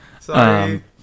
Sorry